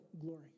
glory